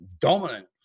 dominant